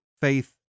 Faith